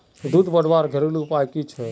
दूध बढ़वार घरेलू उपाय की छे?